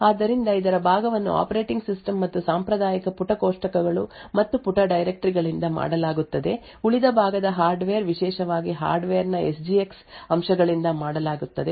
ಆದ್ದರಿಂದ ಇದರ ಭಾಗವನ್ನು ಆಪರೇಟಿಂಗ್ ಸಿಸ್ಟಮ್ ಮತ್ತು ಸಾಂಪ್ರದಾಯಿಕ ಪುಟ ಕೋಷ್ಟಕಗಳು ಮತ್ತು ಪುಟ ಡೈರೆಕ್ಟರಿ ಗಳಿಂದ ಮಾಡಲಾಗುತ್ತದೆ ಉಳಿದ ಭಾಗವನ್ನು ಹಾರ್ಡ್ವೇರ್ ವಿಶೇಷವಾಗಿ ಹಾರ್ಡ್ವೇರ್ ನ ಯಸ್ ಜಿ ಎಕ್ಸ್ ಅಂಶಗಳಿಂದ ಮಾಡಲಾಗುತ್ತದೆ